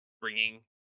bringing